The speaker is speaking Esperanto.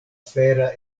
fera